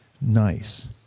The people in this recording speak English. nice